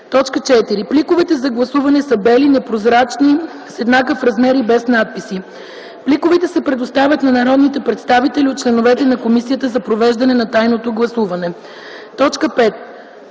4. Пликовете за гласуване са бели, непрозрачни, с еднакъв размер и без надписи. Пликовете се предоставят на народните представители от членовете на Комисията за провеждане на тайното гласуване. 5.